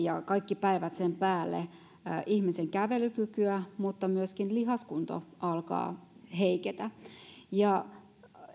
ja kaikki päivät sen päälle heikentää merkittävästi ihmisen kävelykykyä mutta myöskin lihaskunto alkaa heiketä